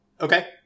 Okay